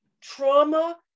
trauma